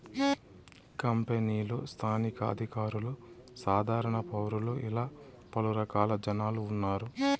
కంపెనీలు స్థానిక అధికారులు సాధారణ పౌరులు ఇలా పలు రకాల జనాలు ఉన్నారు